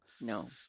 No